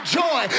joy